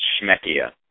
Schmeckia